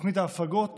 ההפגות